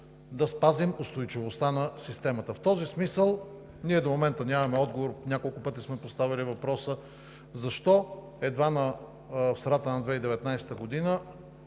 да спазим устойчивостта на системата. В този смисъл ние до момента нямаме отговор. Няколко пъти сме поставяли въпроса: защо едва в средата на 2019 г.